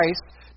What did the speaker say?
Christ